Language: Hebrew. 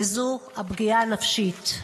וזו הפגיעה הנפשית.